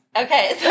Okay